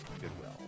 Goodwill